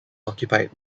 occupied